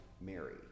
Mary